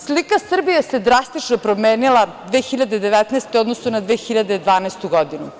Slika Srbije se drastično promenila 2019. godine u odnosu na 2012. godinu.